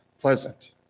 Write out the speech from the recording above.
pleasant